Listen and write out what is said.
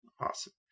Awesome